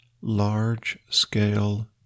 large-scale